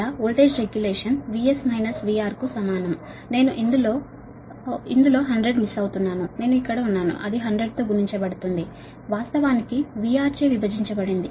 అందువల్ల voltage regulation VS - VR కు సమానం నేను ఇందులో 100 మిస్ అవుతుంది నేను ఇక్కడ ఉన్నాను అది 100 తో గుణించబడుతుంది వాస్తవానికి VR చే విభజించబడింది